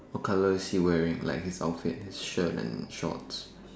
what colour she wearing like his often his shirt and shorts